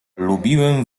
lubiłem